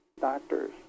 doctors